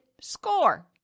score